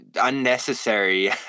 unnecessary